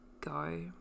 go